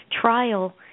trial